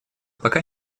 пока